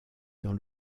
dans